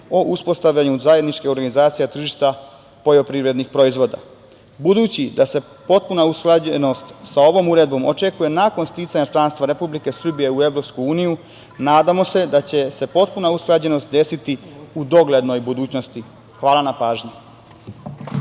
o uspostavljanju zajedničke organizacije tržišta poljoprivrednih proizvoda. Budući da se potpuna usklađenost sa ovom Uredbom očekuje nakon sticanja članstva Republike Srbije u EU nadamo se da će se potpuna usklađenost desiti u doglednoj budućnosti. Hvala na pažnji.